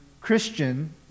Christian